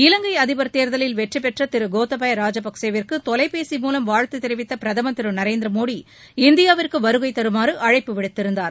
இலங்கை அதிபர் தேர்தலில் வெற்றி பெற்ற திரு கோத்தபய ராஜபக்சேவிற்கு தொலைபேசி மூலம் வாழ்த்து தெரிவித்த பிரதமர் திரு நரேந்திர மோதி இந்தியாவிற்கு வருகை தருமாறு அழைப்பு விடுத்திருந்தார்